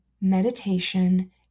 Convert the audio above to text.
meditation